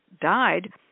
died